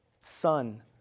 son